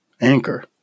anchor